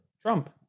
Trump